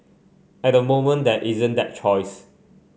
at the moment there isn't that choice